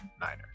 Niners